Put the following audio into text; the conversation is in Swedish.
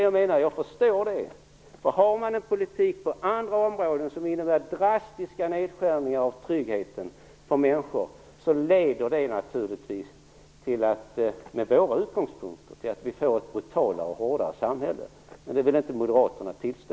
Jag förstår det, för har man en politik på andra områden som innebär drastiska nedskärningar i tryggheten för människor så leder det naturligtvis, med våra utgångspunkter, till att vi får ett brutalare och hårdare samhälle - men det vill inte Moderaterna tillstå.